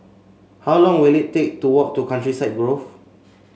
how long will it take to walk to Countryside Grove